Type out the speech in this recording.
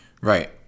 Right